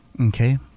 Okay